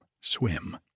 swim